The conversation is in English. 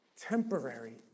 temporary